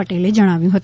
પટેલે જણાવ્યું છે